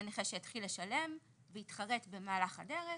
נכה שהתחיל לשלם והתחרט במהלך הדרך,